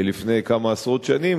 לפני כמה עשרות שנים,